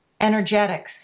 energetics